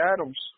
Adams